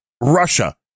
russia